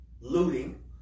looting